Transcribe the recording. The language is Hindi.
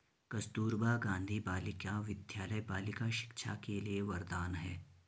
कस्तूरबा गांधी बालिका विद्यालय बालिका शिक्षा के लिए वरदान है